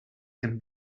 can